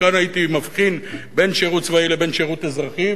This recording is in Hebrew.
וכאן הייתי מבחין בין שירות צבאי לבין שירות אזרחי,